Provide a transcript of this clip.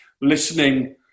listening